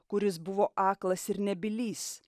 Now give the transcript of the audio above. kuris buvo aklas ir nebylys